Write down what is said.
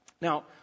Now